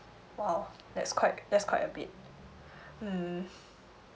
!wow! that's quite that's quite a bit mm